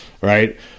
right